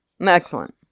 Excellent